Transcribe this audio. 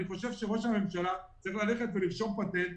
אני חושב שראש הממשלה צריך ללכת ולרשום פטנט.